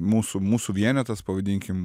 mūsų mūsų vienetas pavadinkim